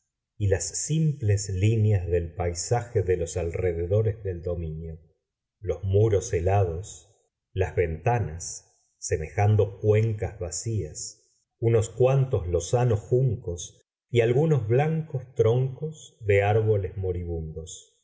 y las simples líneas del paisaje de los alrededores del dominio los muros helados las ventanas semejando cuencas vacías unos cuantos lozanos juncos y algunos blancos troncos de árboles moribundos